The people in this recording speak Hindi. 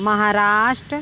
महाराष्ट्र